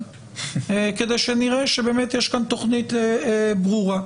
כדי שנראה שבאמת יש כאן תכנית ברורה.